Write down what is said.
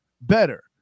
better